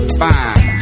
fine